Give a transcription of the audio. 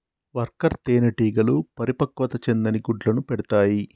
worker తేనెటీగలు పరిపక్వత చెందని గుడ్లను పెడతాయి